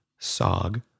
SOG